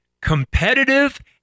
competitive